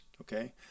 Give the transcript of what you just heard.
Okay